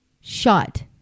shot